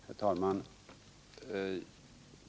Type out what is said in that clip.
Herr talman!